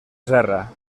serra